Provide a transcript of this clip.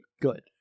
good